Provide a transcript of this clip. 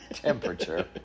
Temperature